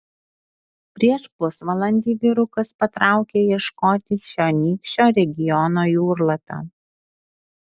prieš pusvalandį vyrukas patraukė ieškoti čionykščio regiono jūrlapio